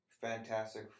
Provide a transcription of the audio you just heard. Fantastic